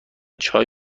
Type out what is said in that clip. چای